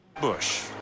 bush